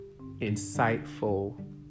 insightful